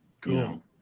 Cool